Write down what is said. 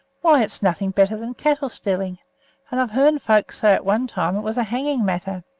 why, it's nothing better than cattle stealing and i've heern folks say at one time it was a hanging matter.